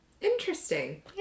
Interesting